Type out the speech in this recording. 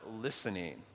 listening